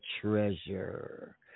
treasure